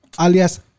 alias